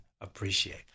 appreciate